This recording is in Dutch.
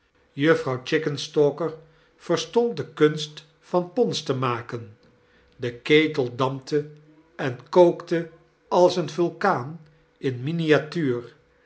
juffrouw chickenstalkor vcrstontl kerstvertellingen de kunst van pons te maken de ketel dampte en kookte als aen vulcaan in miniatuur